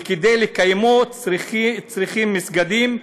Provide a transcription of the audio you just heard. וכדי לקיימו הם צריכים מסגדים,